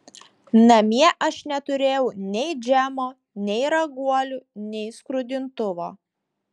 namie aš neturėjau nei džemo nei raguolių nei skrudintuvo